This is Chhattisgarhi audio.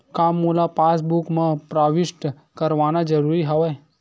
का मोला पासबुक म प्रविष्ट करवाना ज़रूरी हवय?